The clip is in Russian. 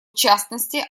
частности